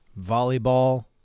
volleyball